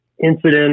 Incident